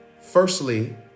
Firstly